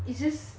it's just